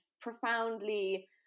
profoundly